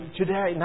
today